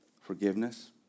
forgiveness